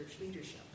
leadership